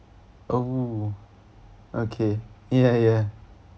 oh okay ya ya